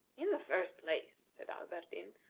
in the first place, said alberdin,